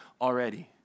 already